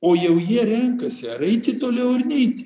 o jau jie renkasi ar eiti toliau ar neiti